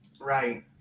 Right